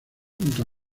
junto